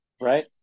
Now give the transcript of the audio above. Right